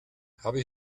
habe